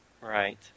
Right